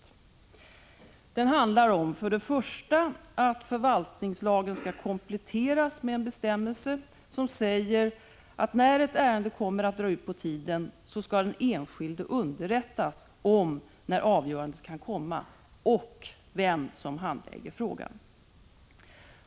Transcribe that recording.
Reservationen handlar för det första om att förvaltningslagen skall kompletteras med en bestämmelse, som säger att när ett ärende kommer att dra ut på tiden skall den enskilde underrättas om när avgörandet kan komma och vem som handlägger frågan.